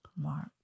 Mark